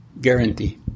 Guarantee